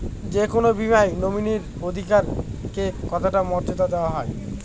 যে কোনো বীমায় নমিনীর অধিকার কে কতটা মর্যাদা দেওয়া হয়?